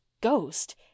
ghost